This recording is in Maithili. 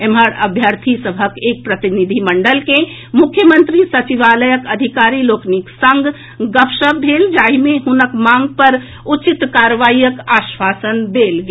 एम्हर अभ्यर्थी सभक एक प्रतिनिधि मंडल के मुख्यमंत्री सचिवालयक अधिकारी लोकनिक संग गपशप भेल जाहि मे हुनक मांग पर उचित कार्रवाईक आश्वासन देल गेल